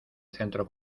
centro